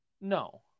No